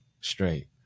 straight